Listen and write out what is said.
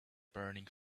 burning